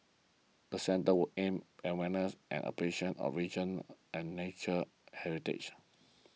the centre will aim awareness and appreciation a region's and natural heritage